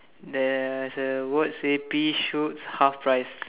there's a word say pea shoots half price